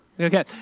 Okay